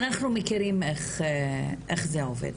מכירים איך זה עובד,